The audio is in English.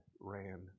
ran